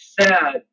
sad